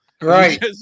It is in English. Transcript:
Right